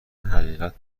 حقیقت